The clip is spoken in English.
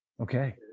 Okay